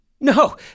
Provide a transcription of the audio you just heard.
no